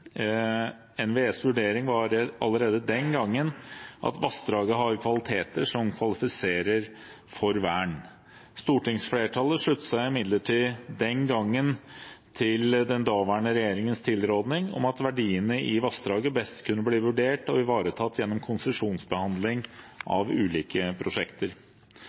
NVEs vurdering var allerede den gangen at vassdraget har kvaliteter som kvalifiserer for vern. Stortingsflertallet sluttet seg imidlertid den gang til den daværende regjeringens tilråding om at verdiene i vassdraget best kunne bli vurdert og ivaretatt gjennom konsesjonsbehandling av ulike prosjekter.